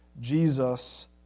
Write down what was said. Jesus